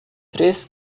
três